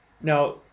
Now